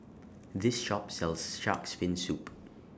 This Shop sells Shark's Fin Soup